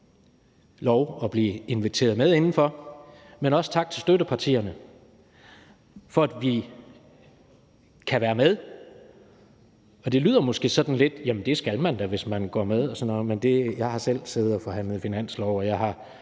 lov at blive inviteret med indenfor, men også tak til støttepartierne, for at vi kan være med. Det lyder måske sådan lidt sært, for det skal man da, hvis man går med, og sådan noget. Men jeg har selv siddet og forhandlet finanslov i gamle